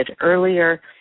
earlier